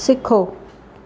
सिखो